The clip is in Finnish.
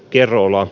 kerola